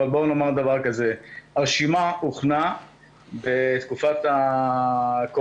אבל נאמר דבר כזה: הרשימה הוכנה בתקופת הקורונה,